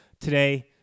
today